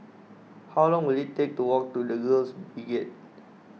how long will it take to walk to the Girls Brigade